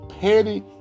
petty